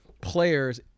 players